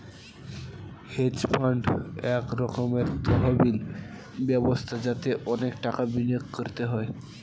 hedge fund এক রকমের তহবিল ব্যবস্থা যাতে অনেক টাকা বিনিয়োগ করতে হয়